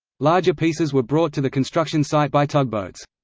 larger pieces were brought to the construction site by tugboats.